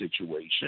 situation